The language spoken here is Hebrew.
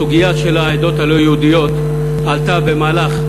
הסוגיה של העדות הלא-יהודיות עלתה במהלך,